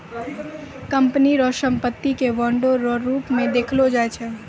company रो संपत्ति के बांडो रो रूप मे देखलो जाय छै